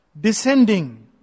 Descending